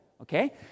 okay